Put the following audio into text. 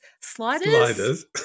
sliders